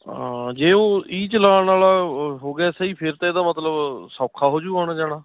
ਹਾਂ ਜੇ ਉਹ ਈ ਚਲਾਣ ਵਾਲਾ ਹੋ ਗਿਆ ਸਹੀ ਫਿਰ ਤਾਂ ਇਹਦਾ ਮਤਲਬ ਸੌਖਾ ਹੋਜੂ ਆਉਣਾ ਜਾਣਾ